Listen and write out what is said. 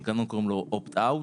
קוראים למנגנון opt-out,